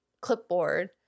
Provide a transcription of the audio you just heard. clipboard